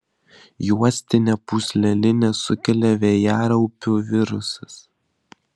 juostinę pūslelinę sukelia vėjaraupių virusas